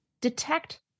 detect